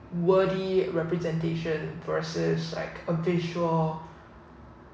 worthy representation versus like a visual